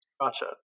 Gotcha